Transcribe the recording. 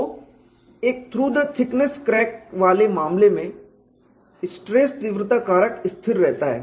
तो एक through the thickness crack वाले मामले में स्ट्रेस तीव्रता कारक स्थिर रहता है